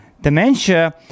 dementia